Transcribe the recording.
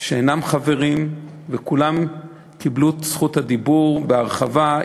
שאינם חברים בוועדה וכולם קיבלו את זכות הדיבור בהרחבה,